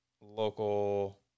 local